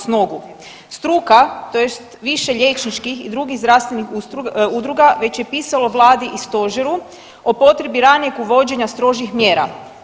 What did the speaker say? Struka tj. više liječničkih i drugih zdravstvenih udruga već je pisalo vladi i stožeru o potrebi ranijeg uvođenja strožih mjera.